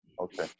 Okay